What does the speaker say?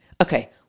Okay